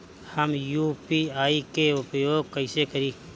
हम यू.पी.आई के उपयोग कइसे करी?